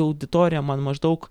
auditorija man maždaug